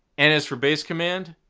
and as for base command,